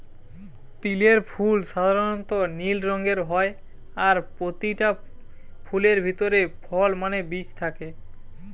তিলের ফুল সাধারণ নীল রঙের হয় আর পোতিটা ফুলের ভিতরে ফল মানে বীজ থাকে